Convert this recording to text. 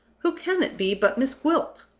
who can it be but miss gwilt?